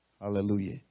Hallelujah